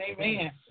Amen